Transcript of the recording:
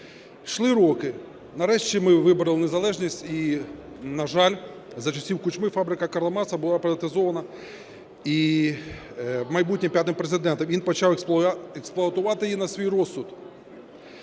Йшли роки, нарешті ми вибороли незалежність, і, на жаль, за часів Кучми фабрика Карла Маркса була приватизована майбутнім п'ятим Президентом. Він почав експлуатувати її на свій розсуд,